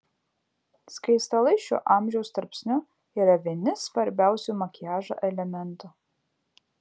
skaistalai šiuo amžiaus tarpsniu yra vieni svarbiausių makiažo elementų